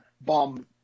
bomb